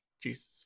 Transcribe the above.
Jesus